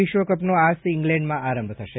વિશ્વકપનો આજથી ઈંગ્લેન્ડમાં આરંભ થશે